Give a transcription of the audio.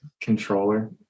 controller